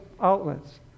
outlets